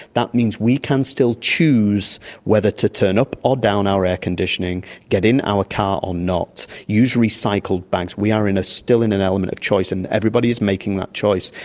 that means we can still choose whether to turn up or down our air conditioning, get in our car or not, use recycled bags. we are ah still in an element of choice, and everybody is making that choice.